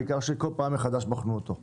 העיקר שכל פעם מחדש בחנו אותו.